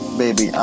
baby